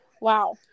Wow